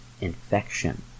infection